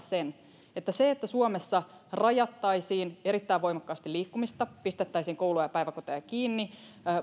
että myös sillä että suomessa rajattaisiin erittäin voimakkaasti liikkumista pistettäisiin kouluja ja päiväkoteja kiinni ja